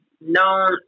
known